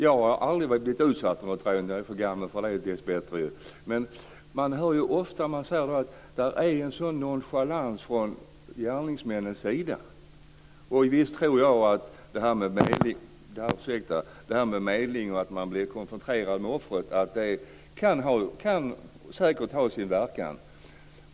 Jag har aldrig blivit utsatt för något ungdomsrån - jag är dess bättre för gammal för det - men man hör ofta att de som har blivit det talar om en nonchalans från gärningsmännens sida. Jag tror visst att medling och det faktum att man blir konfronterad med offret kan ha sin verkan.